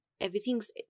everything's